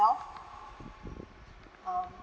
um